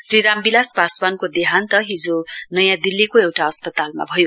श्री रामविलास पासवानको देहान्त हिजो नयाँ दिल्लीको एउटा अस्पतालमा भयो